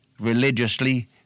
Religiously